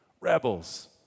Rebels